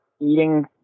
eating